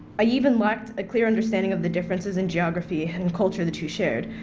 i even lacked a clear understanding of the differences in geography and culture the two shared.